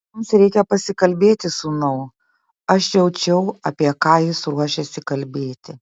mums reikia pasikalbėti sūnau aš jaučiau apie ką jis ruošiasi kalbėti